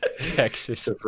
Texas